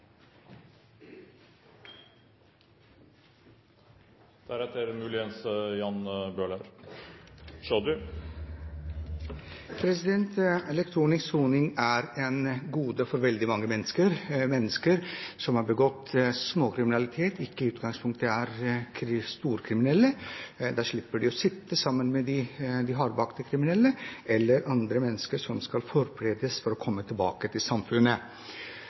gode for veldig mange mennesker, mennesker som har begått småkriminalitet, og ikke i utgangspunktet er storkriminelle. Da slipper de å sitte sammen med hardbarkede kriminelle eller andre mennesker som skal forberedes på å komme tilbake til samfunnet.